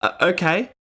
Okay